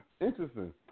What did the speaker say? interesting